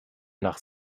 nach